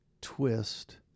twist